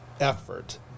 effort